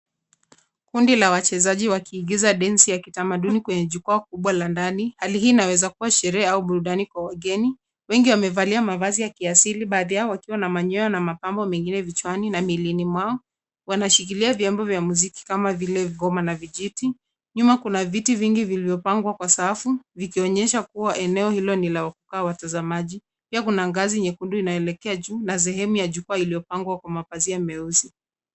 Kundi la wachezaji wakiigiza densi ya kitamaduni kwenye jukwaa kubwa la ndani. Hali hii inaweza kuwa sherehe au burudani kwa wageni. Wengi wamevalia mavazi ya kiasili, baadhi yao wakiwa na manyoya na mapambo mengine vichwani na miilini mwao. Wanashikilia vyombo vya muziki kama vile ngoma na vijiti. Nyuma kuna viti vingi vilivyopangwa kwa safu, vikionyesha kuwa eneo hilo ni la kukaa watazamaji. Pia kuna ngazi nyekundu inayoelekea juu na sehemu ya jukwaa iliyopangwa kwa mapazia meusi.